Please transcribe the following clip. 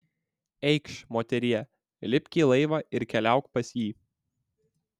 eikš moterie lipk į laivą ir keliauk pas jį